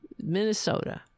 Minnesota